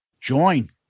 join